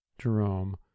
Jerome